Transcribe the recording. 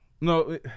No